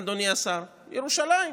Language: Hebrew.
אדוני השר: ירושלים.